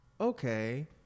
okay